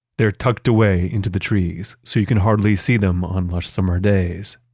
they're tucked away into the trees so you can hardly see them on lush summer days.